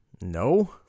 No